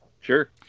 Sure